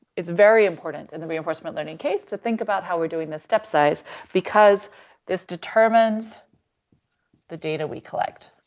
it's very important in the reinforcement learning case, to think about how we're doing this step size because this determines the data we collect.